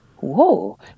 whoa